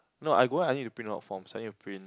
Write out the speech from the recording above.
no I go I need to print out forms I need to print